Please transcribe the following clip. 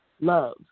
love